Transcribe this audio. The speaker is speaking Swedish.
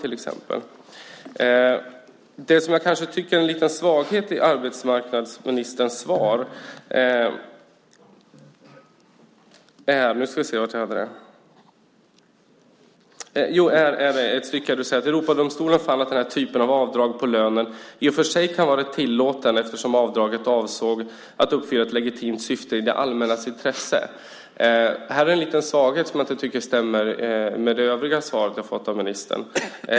Jag tycker att det finns en liten svaghet i arbetsmarknadsministens svar. Du skriver i ett stycke att Europadomstolen fann att den här typen av avdrag på lönen i och för sig kan vara tillåten eftersom avdraget avsåg att uppfylla ett legitimt syfte i det allmännas intresse. Här finns en liten svaghet som jag inte tycker stämmer med det övriga svaret som jag har fått av ministern.